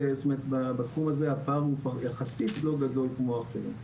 בתחום הזה הפער יחסית לא גדול כמו האחרים.